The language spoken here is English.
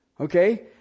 Okay